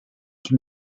can